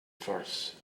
farce